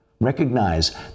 Recognize